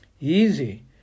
Easy